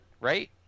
right